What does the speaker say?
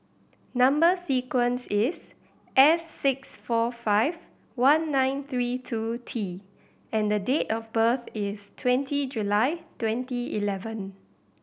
number sequence is S six four five one nine three two T and date of birth is twenty July twenty eleven